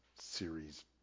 series